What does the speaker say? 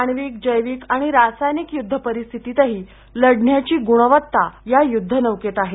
आण्विक जैविक आणि रासायनिक युद्ध परिस्थितीतही लढण्याची गुणवत्ता या युद्धनौकेत आहे